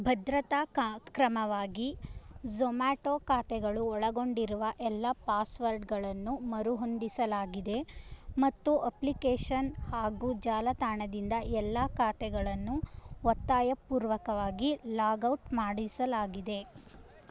ಭದ್ರತಾ ಕ್ರಮವಾಗಿ ಝೋಮಾಟೊ ಖಾತೆಗಳು ಒಳಗೊಂಡಿರುವ ಎಲ್ಲ ಪಾಸ್ವರ್ಡ್ಗಳನ್ನು ಮರುಹೊಂದಿಸಲಾಗಿದೆ ಮತ್ತು ಅಪ್ಲಿಕೇಶನ್ ಹಾಗೂ ಜಾಲತಾಣದಿಂದ ಎಲ್ಲ ಖಾತೆಗಳನ್ನು ಒತ್ತಾಯಪೂರ್ವಕವಾಗಿ ಲಾಗ್ ಔಟ್ ಮಾಡಿಸಲಾಗಿದೆ